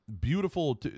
beautiful